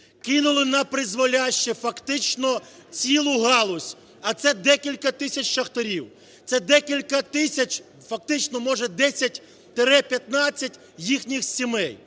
Кинули напризволяще фактично цілу галузь, а це декілька тисяч шахтарів, це декілька тисяч, фактично може 10-15, їхніх сімей.